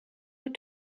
were